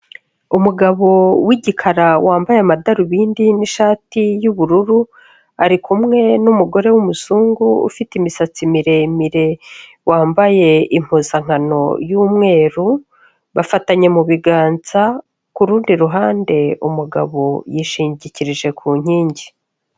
Umugabo w'igikara wambaye amadarubindi n'ishati y'ubururu, ari kumwe n'umugore w'umuzungu ufite imisatsi miremire wambaye impuzankano y'umweru; bafatanye mu biganza, ku rundi ruhande umugabo yishingikirije ku nkingi.